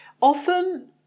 often